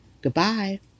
Goodbye